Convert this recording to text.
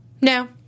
No